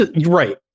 right